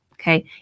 Okay